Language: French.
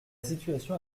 situation